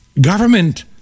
Government